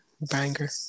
Banger